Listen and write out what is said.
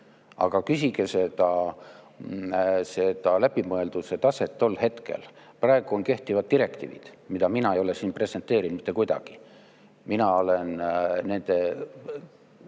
Aga küsige seda läbimõelduse taset tol hetkel, praegu on kehtivad direktiivid, mida mina ei ole siin presenteerinud mitte kuidagi. Mina olen nende